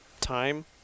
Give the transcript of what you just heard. time